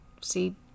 see